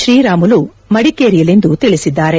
ಶ್ರೀರಾಮುಲು ಮದಿಕೇರಿಯಲ್ಲಿಂದು ತಿಳಿಸಿದ್ದಾರೆ